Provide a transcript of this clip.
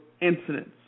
incidents